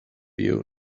you